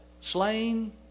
slain